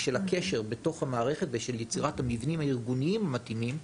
של הקשר בתוך המערכת ושל יצירת המבנים הארגוניים המתאימים,